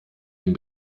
den